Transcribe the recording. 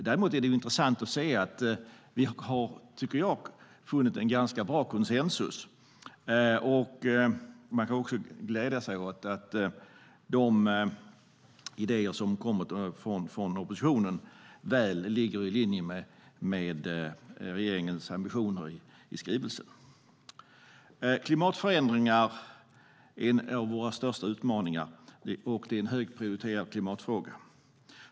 Däremot är det intressant att se att vi har uppnått konsensus, och vi kan glädja oss åt att de idéer som har kommit från oppositionen väl ligger i linje med regeringens ambitioner i skrivelsen. Klimatförändringarna är en av våra största utmaningar, och de är högt prioriterade frågor.